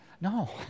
no